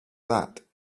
that